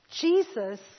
Jesus